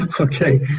okay